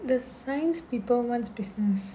the science people wants business